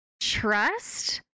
Trust